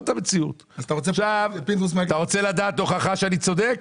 רוצה הוכחה שאני צודק?